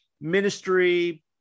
ministry